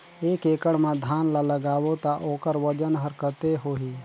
एक एकड़ मा धान ला लगाबो ता ओकर वजन हर कते होही?